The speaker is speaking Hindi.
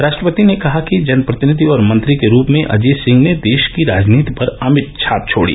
राष्ट्रपति ने कहा कि जनप्रतिनिधि और मंत्री के रूप में अजीत सिंह ने देश की राजनीति पर अमिट छाप छोड़ी